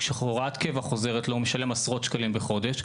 כשהוראת קבע חוזרת לו הוא משלם עשרות שקלים בחודש.